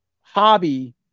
hobby